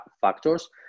factors